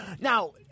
now